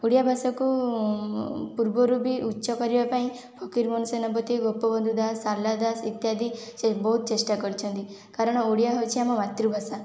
ଓଡ଼ିଆ ଭାଷାକୁ ପୂର୍ବରୁ ବି ଉଚ୍ଚ କରିବା ପାଇଁ ଫକିର ମୋହନ ସେନାପତି ଗୋପବନ୍ଧୁ ଦାସ ଶାରଳା ଦାସ ଇତ୍ୟାଦି ସେ ବହୁତ ଚେଷ୍ଟା କରିଛନ୍ତି କାରଣ ଓଡ଼ିଆ ହେଉଛି ଆମର ମାତୃଭାଷା